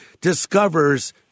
discovers